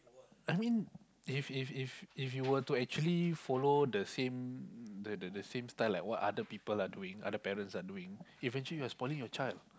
I mean if if if if you were to actually follow the same the the the same style like what other people are doing other parents are doing eventually you're spoiling your child